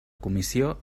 comissió